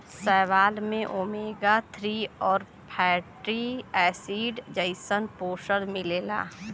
शैवाल में omega three आउर फैटी एसिड जइसन पोषण मिलला